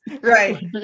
Right